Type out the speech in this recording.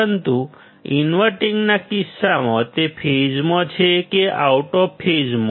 પરંતુ ઇન્વર્ટીંગના કિસ્સામાં તે ફેઝમાં છે કે આઉટ ઓફ ફેઝમાં